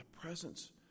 presence